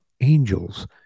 angels